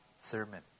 sermon